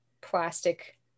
plastic